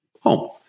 home